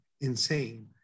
insane